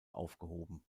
aufgehoben